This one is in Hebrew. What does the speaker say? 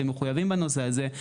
אתם מחויבים בנושא הזה.